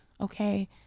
Okay